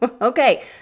Okay